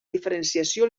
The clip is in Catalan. diferenciació